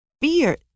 Fear